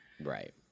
right